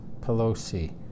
Pelosi